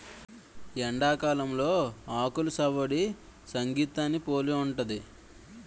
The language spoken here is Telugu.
ఎండాకాలంలో ఆకులు సవ్వడి సంగీతాన్ని పోలి ఉంటది